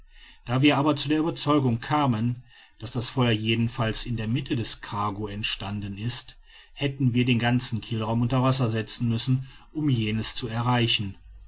da wir aber zu der ueberzeugung kamen daß das feuer jedenfalls in der mitte des cargo entstanden ist hätten wir den ganzen kielraum unter wasser setzen müssen um jenes zu erreichen